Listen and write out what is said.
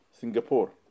Singapore